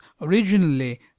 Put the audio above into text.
originally